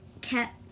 kept